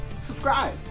Subscribe